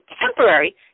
temporary